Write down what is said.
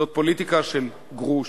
זאת פוליטיקה של גרוש,